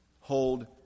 hold